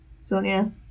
sonia